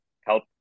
help